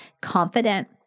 confident